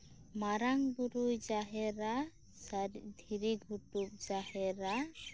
ᱢᱟᱨᱟᱝ ᱵᱩᱨᱩᱭ ᱡᱟᱦᱮᱨᱟ ᱫᱷᱤᱨᱤ ᱜᱷᱩᱴᱩ ᱡᱟᱦᱮᱨᱟ